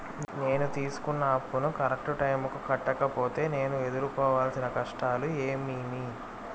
నేను తీసుకున్న అప్పును కరెక్టు టైముకి కట్టకపోతే నేను ఎదురుకోవాల్సిన కష్టాలు ఏమీమి?